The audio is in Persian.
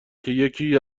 که، یکی